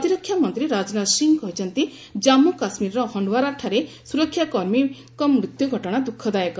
ପ୍ରତିରକ୍ଷା ମନ୍ତ୍ରୀ ରାଜନାଥ ସିଂହ କହିଛନ୍ତି ଜଜ୍ମୁ କାଶ୍ମୀରର ହଣ୍ଡୱାରାଠାରେ ସୁରକ୍ଷାକର୍ମୀଙ୍କ ମୃତ୍ୟୁ ଘଟଣା ଦୁଃଖଦାୟକ